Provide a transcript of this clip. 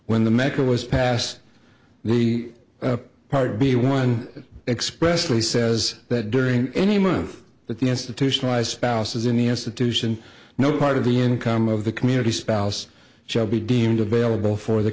when the meca was passed the part b one expressly says that during any month that the institutionalized spouse is in the institution no part of the income of the community spouse shall be deemed available for the